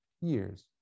years